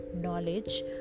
knowledge